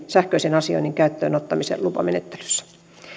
sähköisen asioinnin käyttöön ottamisen lupamenettelyssä